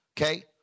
Okay